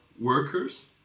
workers